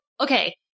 okay